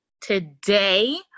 today